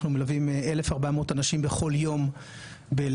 אנחנו מלווים 1,400 אנשים בכל יום בלמעלה